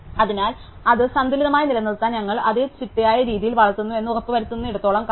അതിനാൽ അത് സന്തുലിതമായി നിലനിർത്താൻ ഞങ്ങൾ അത് ചിട്ടയായ രീതിയിൽ വളർത്തുന്നുവെന്ന് ഉറപ്പുവരുത്തുന്നിടത്തോളം കാലം